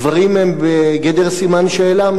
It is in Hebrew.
הדברים הם בגדר סימן שאלה,